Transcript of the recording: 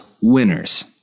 winners